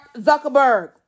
Zuckerberg